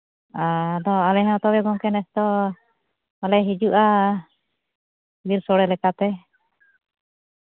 ᱚ ᱟᱫᱚ ᱟᱞᱮ ᱦᱚᱸ ᱛᱚᱵᱮ ᱜᱚᱢᱠᱮ ᱱᱤᱛ ᱫᱚ ᱟᱞᱮ ᱦᱤᱡᱩᱜᱼᱟ ᱵᱤᱨ ᱥᱳᱲᱮ ᱞᱮᱠᱟᱛᱮ